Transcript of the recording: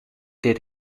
did